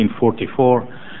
1944